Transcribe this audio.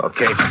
Okay